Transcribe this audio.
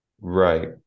right